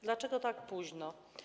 Dlaczego tak późno?